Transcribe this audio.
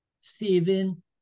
Saving